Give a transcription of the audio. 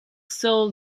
soul